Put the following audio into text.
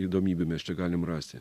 įdomybių mes čia galim rasti